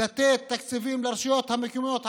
לתת תקציבים לרשויות המקומיות הערביות,